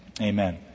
amen